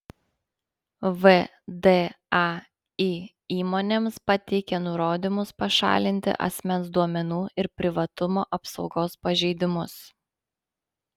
vdai įmonėms pateikė nurodymus pašalinti asmens duomenų ir privatumo apsaugos pažeidimus